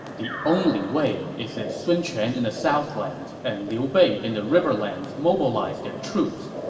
the only way is if sun quan in the southlands and liu bei in the riverlands mobilize their troops.